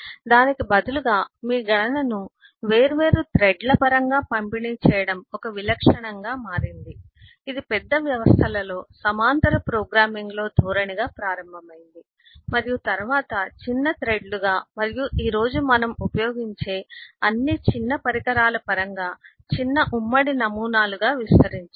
దానికి బదులుగా మీ గణనను వేర్వేరు థ్రెడ్ల పరంగా పంపిణీ చేయడం ఒక విలక్షణంగా మారింది ఇది పెద్ద వ్యవస్థలలో సమాంతర ప్రోగ్రామింగ్లో ధోరణిగా ప్రారంభమైంది మరియు తరువాత చిన్న థ్రెడ్లుగా మరియు ఈ రోజు మనం ఉపయోగించే అన్ని చిన్న పరికరాల పరంగా చిన్న ఉమ్మడి నమూనాలుగా విస్తరించింది